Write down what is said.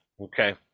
okay